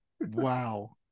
Wow